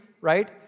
right